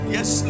Yes